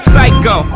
Psycho